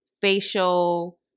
facial